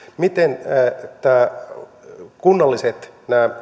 miten nämä kunnalliset